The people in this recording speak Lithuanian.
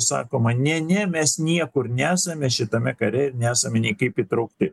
sakoma ne ne mes niekur nesame šitame kare ir nesame niekaip įtraukti